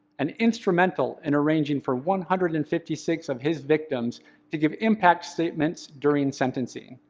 and instrumental in arranging for one hundred and fifty six of his victims to give impact statements during sentencing,